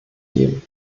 geben